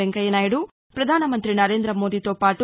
వెంకయ్యనాయుడు ప్రధానమంత్రి నరేందమోదీతో పాటు